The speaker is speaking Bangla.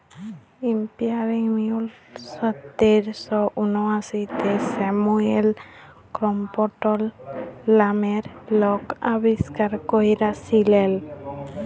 ইস্পিলিং মিউল সতের শ উনআশিতে স্যামুয়েল ক্রম্পটল লামের লক আবিষ্কার ক্যইরেছিলেল